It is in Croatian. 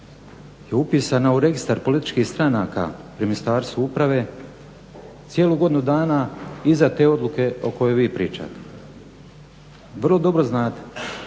je upisana u registar političkih stranaka pri Ministarstvu uprave cijelu godinu dana iza te odluke o kojoj vi pričate. Vrlo dobro znate